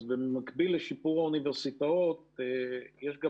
אז במקביל לשיפור האוניברסיטאות יש גם